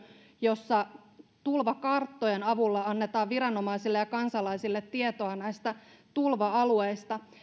jossa tulvakarttojen avulla annetaan viranomaisille ja kansalaisille tietoa tulva alueista